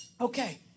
Okay